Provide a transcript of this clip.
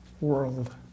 world